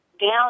down